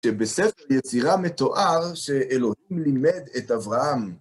שבספר יצירה מתואר שאלוהים לימד את אברהם.